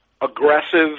aggressive